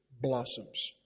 blossoms